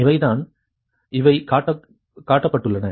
இவைதான் இவை காட்டப்பட்டுள்ளன